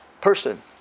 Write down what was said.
person